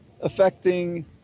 affecting